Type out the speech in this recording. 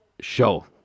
show